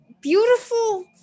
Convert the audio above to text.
beautiful